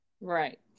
Right